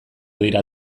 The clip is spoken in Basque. dira